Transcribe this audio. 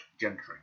Gentry